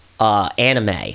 anime